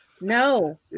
No